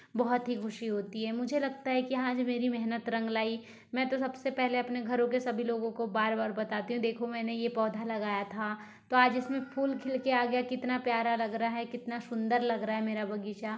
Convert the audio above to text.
बहुत ही खुशी होती है मुझे लगता है कि हां जी मेरी महनत रंग लाई मैं तो सबसे पहले अपने घरों के सभी लोगों को बार बार बताती हूँ देखो मैंने ये पौधा लगाया था तो आज इसमें फूल खिलके आ गया कितना प्यारा लग रहा है कितना सुंदर लग रहा है मेरा बगीचा